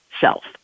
self